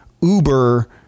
Uber